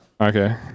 Okay